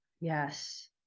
Yes